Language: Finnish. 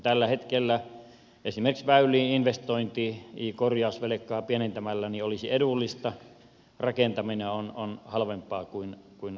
tällä hetkellä esimerkiksi väyliin investointi korjausvelkaa pienentämällä olisi edullista rakentaminen on halvempaa kuin aikaisemmin